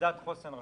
מדד חוסן רשותי.